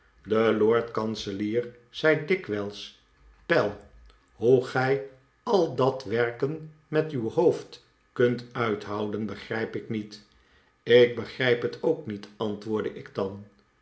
de lord-kanselier zei dikwijls pell hoe gij al dat werken met uw hoofd kunt uithouden begrijp ik niet ik begrijp het ook niet antwoordde ik dan